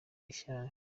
ishyari